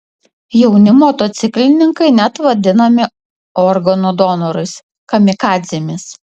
jauni motociklininkai net vadinami organų donorais kamikadzėmis